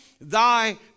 thy